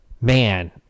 man